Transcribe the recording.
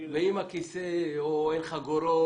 עם הכיסא או החגורות?